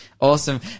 Awesome